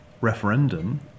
referendum